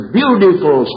beautiful